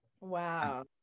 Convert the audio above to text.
Wow